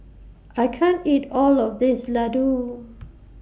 I can't eat All of This Ladoo